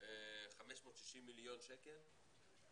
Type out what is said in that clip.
560 מיליון שקל